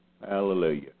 hallelujah